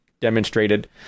demonstrated